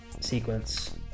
sequence